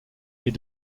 est